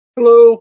Hello